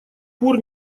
пор